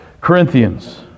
Corinthians